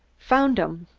found em.